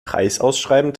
preisausschreiben